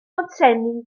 pontsenni